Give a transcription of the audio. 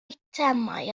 eitemau